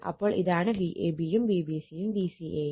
അപ്പോൾ ഇതാണ് Vab യും Vbc യും Vca യും